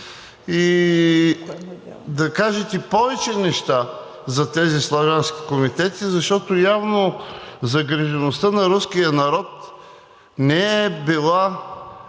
и да кажете повече неща за тези славянски комитети, защото явно загрижеността на руския народ не е била